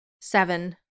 Seven